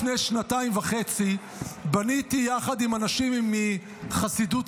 לפני שנתיים וחצי בניתי יחד עם אנשים מחסידות